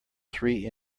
three